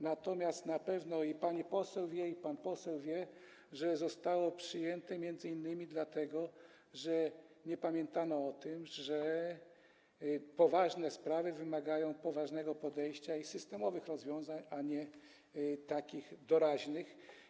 Natomiast na pewno i pani poseł wie, i pan poseł wie, że zostało przyjęte m.in. dlatego, że nie pamiętano o tym, że poważne sprawy wymagają poważnego podejścia i rozwiązań systemowych, a nie doraźnych.